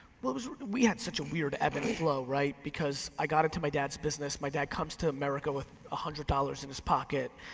well but we have such a weird ebb and flow, right, because i got into my dad's business, my dad comes to america with one hundred dollars in his pocket,